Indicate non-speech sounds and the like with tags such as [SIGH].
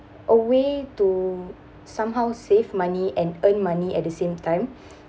a way to somehow save money and earn money at the same time [BREATH]